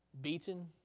beaten